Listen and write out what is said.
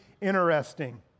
interesting